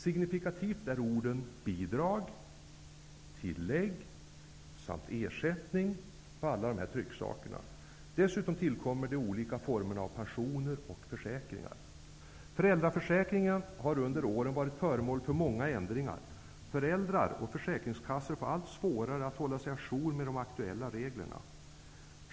Signifikativt är orden ''bidrag'', ''tillägg'' och ''ersättning'' på alla dessa trycksaker. Dessutom talas det om olika former av pensioner och försäkringar. Föräldraförsäkringen har under åren varit föremål för många ändringar. Föräldrar och försäkringskassor får det allt svårare att hålla sig à jour med de aktuella reglerna.